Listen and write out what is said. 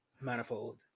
Manifold